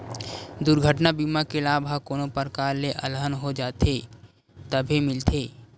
दुरघटना बीमा के लाभ ह कोनो परकार ले अलहन हो जाथे तभे मिलथे